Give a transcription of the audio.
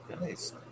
Nice